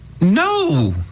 no